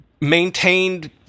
maintained